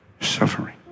suffering